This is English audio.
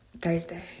Thursday